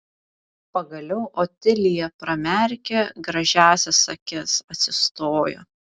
pagaliau otilija pramerkė gražiąsias akis atsistojo